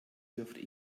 wirft